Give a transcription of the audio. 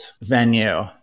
venue